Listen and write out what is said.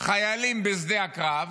חיילים בשדה הקרב,